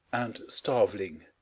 and starveling